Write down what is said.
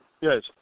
Yes